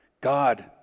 God